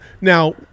now